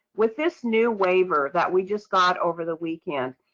with this new waiver that we just got over the weekend,